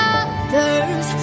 others